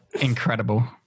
Incredible